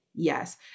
yes